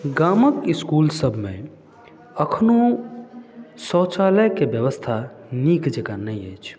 गामक इसकुल सबमे अखनो शौचालयके व्यवस्था नीक जेकाँ नहि अछि